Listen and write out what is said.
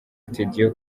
studio